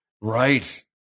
Right